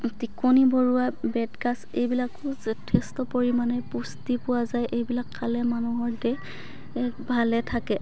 টিকনি বৰুৱা বেট গাজ এইবিলাকো যথেষ্ট পৰিমাণে পুষ্টি পোৱা যায় এইবিলাক খালে মানুহৰ দেহ ভালে থাকে